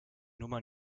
nummer